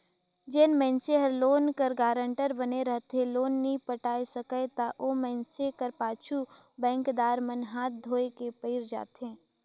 जेन मइनसे हर लोन कर गारंटर बने रहथे लोन नी पटा सकय ता ओ मइनसे कर पाछू बेंकदार मन हांथ धोए के पइर जाथें